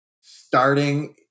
starting